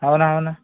हाव ना हाव ना